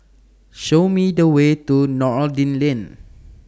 Show Me The Way to Noordin Lane